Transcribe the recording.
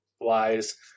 wise